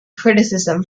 criticism